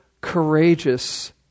courageous